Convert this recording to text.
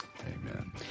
Amen